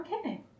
Okay